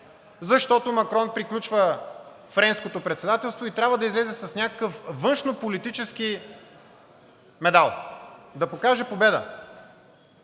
защото Макрон приключва Френското председателство и трябва да излезе с някакъв външнополитически медал, да покаже победа.